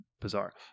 bizarre